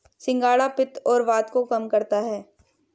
सिंघाड़ा पित्त और वात को कम करता है